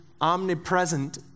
omnipresent